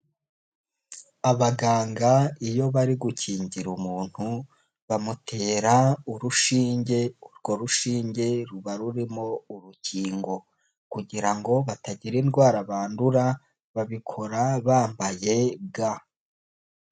Abaganga iyo bari gukingira umuntu bamutera urushinge, urwo rushinge ruba rurimo urukingo, kugira ngo batagira indwara bandura, babikora bambaye ga.